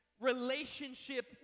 relationship